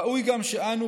ראוי גם שאנו,